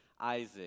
Isaac